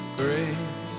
great